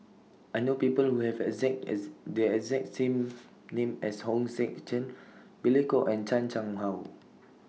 I know People Who Have exact as The exact name as Hong Sek Chern Billy Koh and Chan Chang How